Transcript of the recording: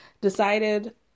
decided